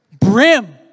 Brim